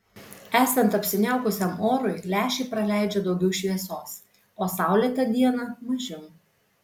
esant apsiniaukusiam orui lęšiai praleidžia daugiau šviesos o saulėtą dieną mažiau